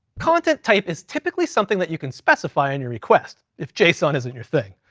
content type is typically something that you can specify on your request if json isn't your thing.